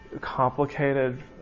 complicated